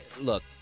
look